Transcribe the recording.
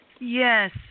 Yes